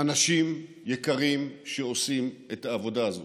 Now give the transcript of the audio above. אנשים יקרים שעושים את העבודה הזאת,